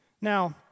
Now